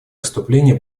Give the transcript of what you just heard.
выступление